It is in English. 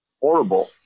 horrible